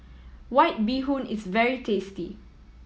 White Bee Hoon is very tasty